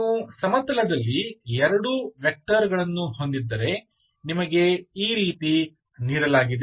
ನೀವು ಸಮತಲದಲ್ಲಿ ಎರಡು ವೆಕ್ಟರ್ ಗಳನ್ನು ಹೊಂದಿದ್ದರೆ ನಿಮಗೆ ಈ ರೀತಿ ನೀಡಲಾಗಿದೆ